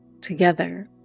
together